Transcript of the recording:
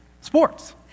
Sports